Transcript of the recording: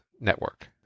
network